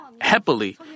happily